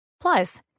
Plus